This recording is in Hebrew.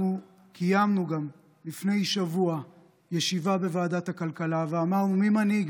אנחנו קיימנו לפני שבוע ישיבה בוועדת הכלכלה ואמרנו: מי מנהיג,